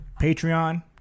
Patreon